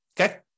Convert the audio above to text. Okay